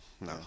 No